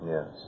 Yes